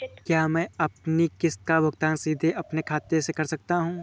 क्या मैं अपनी किश्त का भुगतान सीधे अपने खाते से कर सकता हूँ?